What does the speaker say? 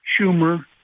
Schumer